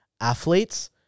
athletes